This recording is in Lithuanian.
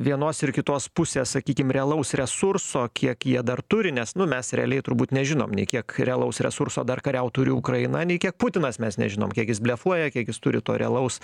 vienos ir kitos pusės sakykim realaus resurso kiek jie dar turi nes nu mes realiai turbūt nežinom nei kiek realaus resurso dar kariaut turi ukraina nei kiek putinas mes nežinom kiek jis blefuoja kiek jis turi to realaus